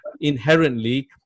inherently